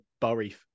Bury